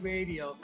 Radio